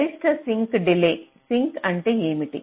గరిష్ట sink delay sink అంటే ఏమిటి